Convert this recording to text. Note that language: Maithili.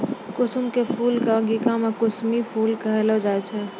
कुसुम के फूल कॅ अंगिका मॅ कुसमी फूल कहलो जाय छै